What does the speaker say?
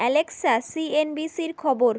Alexa C N B সির খবর